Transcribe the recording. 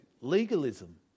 legalism